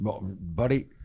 Buddy